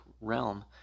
realm